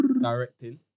directing